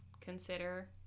consider